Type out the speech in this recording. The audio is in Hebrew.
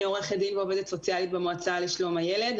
אני עורכת דין ועובדת סוציאלית במועצה לשלום הילד,